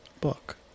book